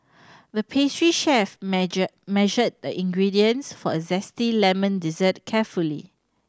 the pastry chef measured the ingredients for a zesty lemon dessert carefully